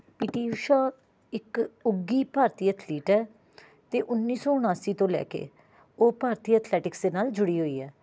ਪੀ T Usha ਇੱਕ ਉੱਘੀ ਭਾਰਤੀ ਐਥਲੀਟ ਹੈ ਅਤੇ ਉੱਨੀ ਸੌ ਉਣਾਸੀ ਤੋਂ ਲੈ ਕੇ ਉਹ ਭਾਰਤੀ ਐਥਲੈਟੀਕਸ ਦੇ ਨਾਲ ਜੁੜੀ ਹੋਈ ਹੈ